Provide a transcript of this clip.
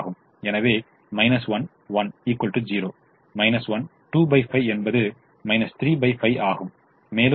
எனவே 0 1 25 என்பது 35 ஆகும் மேலும் விரைவில்